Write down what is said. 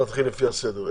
נתחיל לפי הסדר.